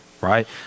right